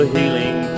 healing